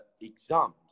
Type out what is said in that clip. exams